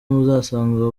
muzasanga